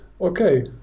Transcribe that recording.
okay